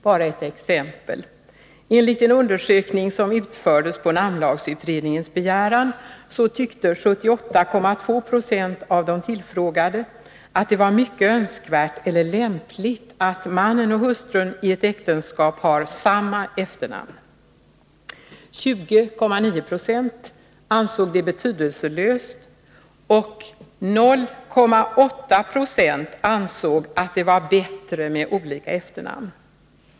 Bara ett exempel: Enligt en undersökning som utfördes på namnlagsutredningens begäran tyckte 78,2 Io av de tillfrågade att det var mycket önskvärt eller lämpligt att mannen och hustrun i ett äktenskap har samma efternamn. 20,9 26 ansåg det betydelselöst och 0,8 26 ansåg att det var bättre med olika efternamn.